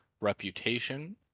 reputation